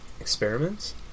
Experiments